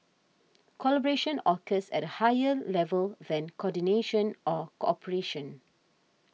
collaboration occurs at a higher level than coordination or cooperation